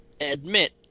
admit